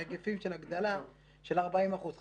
היקפים של הגדלה של 40%. חשוב,